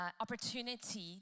opportunity